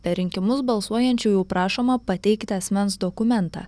per rinkimus balsuojančiųjų prašoma pateikti asmens dokumentą